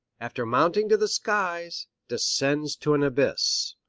after mounting to the skies, descends to an abyss.